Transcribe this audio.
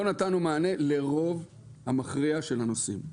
לא נתנו מענה לרוב המכריע של הנוסעים,